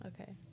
Okay